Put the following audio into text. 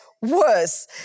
worse